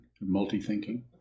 multi-thinking